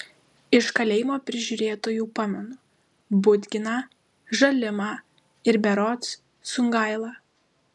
iš kalėjimo prižiūrėtojų pamenu budginą žalimą ir berods sungailą